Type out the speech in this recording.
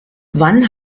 wann